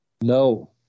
No